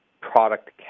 product